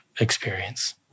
experience